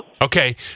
Okay